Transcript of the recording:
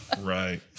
right